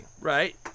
Right